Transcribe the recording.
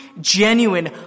genuine